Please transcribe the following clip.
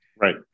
Right